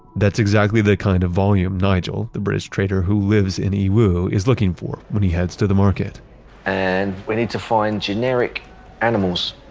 that's exactly the kind of volume nigel, the british trader who lives in yiwu, is looking for, when he heads to the market and we need to find generic animals.